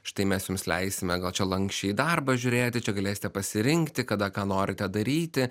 štai mes jums leisime gal čia lanksčiai į darbą žiūrėti čia galėsite pasirinkti kada ką norite daryti